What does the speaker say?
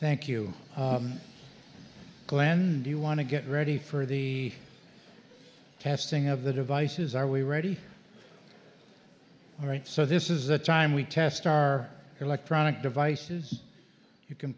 thank you glenn do you want to get ready for the testing of the devices are we ready all right so this is the time we test our electronic devices you can